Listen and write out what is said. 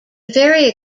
very